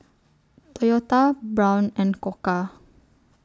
Toyota Braun and Koka